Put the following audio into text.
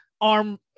arm